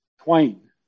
twain